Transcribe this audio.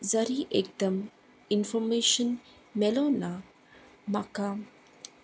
जरी एकदम इनफोर्मेशन मेळ्ळी ना म्हाका